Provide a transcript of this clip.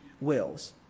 wills